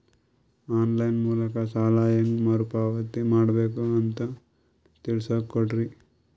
On line ಮೂಲಕ ಸಾಲ ಹೇಂಗ ಮರುಪಾವತಿ ಮಾಡಬೇಕು ಅಂತ ತಿಳಿಸ ಕೊಡರಿ?